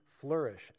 flourish